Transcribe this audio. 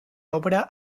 obra